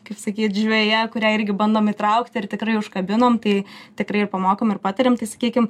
kaip sakyt žveje kurią irgi bandom įtraukti ir tikrai užkabinom tai tikrai ir pamokom ir patariam tai sakykim